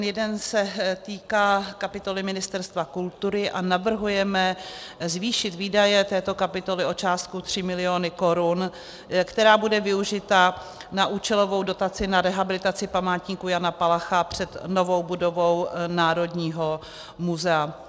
Jeden se týká kapitoly Ministerstva kultury a navrhujeme zvýšit výdaje této kapitoly o částku 3 mil. korun, která bude využita na účelovou dotaci na rehabilitaci památníku Jana Palacha před novou budovou Národního muzea.